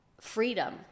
freedom